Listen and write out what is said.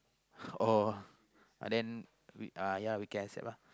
uh and then we uh ya we can accept ah